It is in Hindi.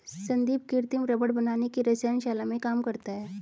संदीप कृत्रिम रबड़ बनाने की रसायन शाला में काम करता है